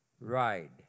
ride